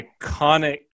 iconic